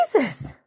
Jesus